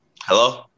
Hello